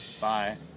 Bye